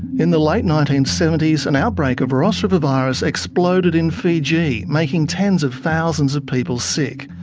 in the late nineteen seventy s, an outbreak of ross river virus exploded in fiji, making tens of thousands of people sick.